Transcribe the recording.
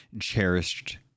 cherished